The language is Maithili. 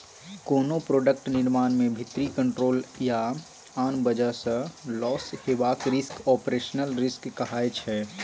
कोनो प्रोडक्ट निर्माण मे भीतरी कंट्रोल या आन बजह सँ लौस हेबाक रिस्क आपरेशनल रिस्क कहाइ छै